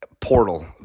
Portal